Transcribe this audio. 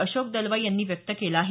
अशोक दलवाई यांनी व्यक्त केलं आहे